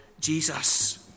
Jesus